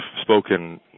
spoken